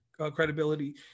credibility